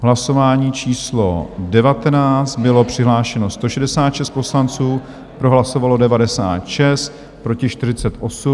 Hlasování číslo 19, bylo přihlášeno 166 poslanců, pro hlasovalo 96, proti 48.